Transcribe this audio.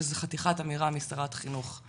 שזה חתיכת אמירה משרת חינוך,